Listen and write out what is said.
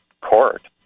court